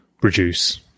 produce